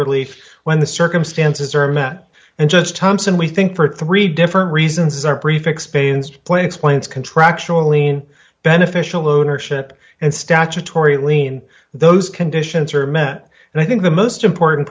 relief when the circumstances are met and just thompson we think for three different reasons our brief experienced play explains contractually in beneficial ownership and statutory lien those conditions are met and i think the most important